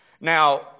Now